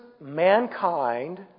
mankind